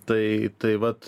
tai tai vat